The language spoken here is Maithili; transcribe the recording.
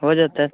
हो जेतै